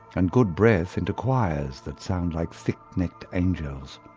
and good breath into choirs that sound like thick necked angels.